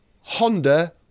Honda